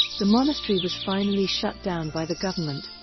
the monastery was finally shut down by the government,